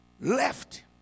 left